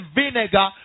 vinegar